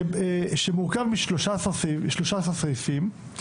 שמורכב מ-13 סעיפים,